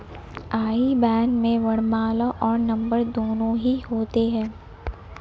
आई ban में वर्णमाला और नंबर दोनों ही होते हैं